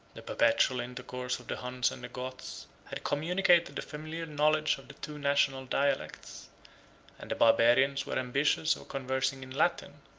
the perpetual intercourse of the huns and the goths had communicated the familiar knowledge of the two national dialects and the barbarians were ambitious of conversing in latin,